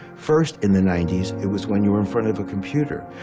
first, in the ninety s, it was when you were in front of a computer,